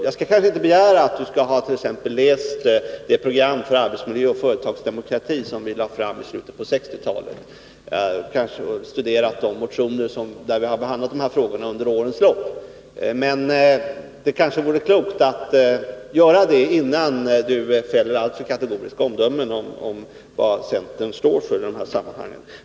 Jag skall kanske inte begära att han skall ha läst t.ex. det program för arbetsmiljö och företagsdemokrati som vi lade fram i slutet på 1960-talet eller att han skall ha studerat de motioner där vi under årens lopp har behandlat dessa frågor. Men det kanske vore klokt av honom att göra det, innan han fäller alltför kategoriska omdömen om var centern står i dessa sammanhang.